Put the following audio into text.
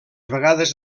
vegades